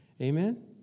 Amen